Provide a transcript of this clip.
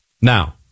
Now